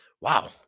Wow